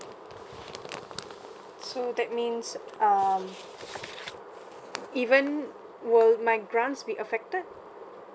so that means um even will my grants be affected